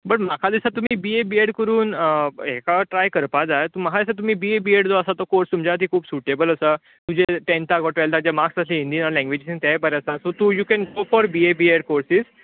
but म्हाका दिसता तुमी बीए बीएड करून हेका ट्राय करपाक जाय म्हाका दिसता तुमी बीए बीएड आसा तो कोर्स तुमच्या खातीर खूब सुटेबल आसा तुमचे तेंथाक ओर टुवेल्ताक मार्क्स जे हिंदीन वा लेंग्वेजीन ते बरे आसा so you can go for BA BEd courses